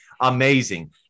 amazing